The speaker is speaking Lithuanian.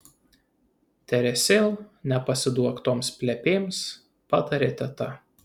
teresėl nepasiduok toms plepėms patarė teta